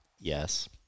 Yes